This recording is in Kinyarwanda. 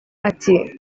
ati